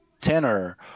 Tenor